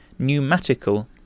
pneumatical